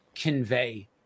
convey